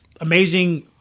amazing